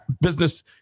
business